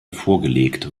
vorgelegt